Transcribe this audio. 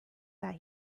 that